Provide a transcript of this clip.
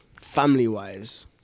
family-wise